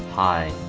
i